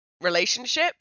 relationship